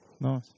Nice